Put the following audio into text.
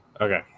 Okay